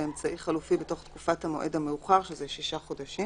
באמצעי חלופי בתוך תקופת המועד המאוחר שזה שישה חודשים